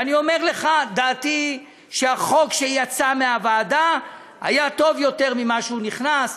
ואני אומר לך: דעתי היא שהחוק שיצא מהוועדה טוב יותר מכפי שהוא נכנס,